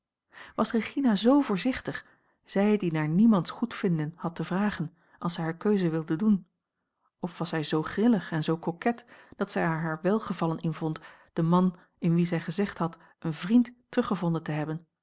was regina z voorzichtig zij die naar niemands goedvinden had te vragen als zij hare keuze wilde doen of was zij zoo grillig en zoo coquet dat zij er haar welgevallen in vond den man in wien zij gezegd had een vriend teruggevonden te hebben